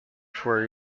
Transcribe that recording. for